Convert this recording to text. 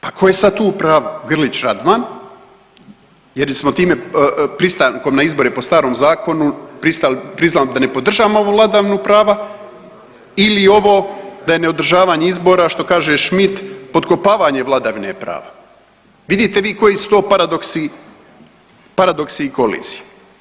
Pa ko je sad tu u pravu, Grlić Radman, jer smo time pristankom na izbore po starom zakonu priznali da ne podržavamo ovu vladavinu prava ili ovo da je neodržavanje izbora što kaže Schmidt potkopavanje vladavine prava, vidite vi koji su to paradoksi, paradoksi i kolizije?